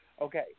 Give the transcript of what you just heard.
Okay